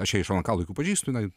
aš ją iš lnk laikų pažįstu